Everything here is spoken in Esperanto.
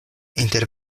inter